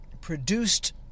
produced